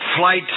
flight